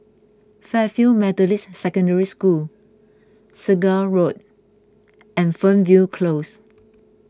Fairfield Methodist Secondary School Segar Road and Fernvale Close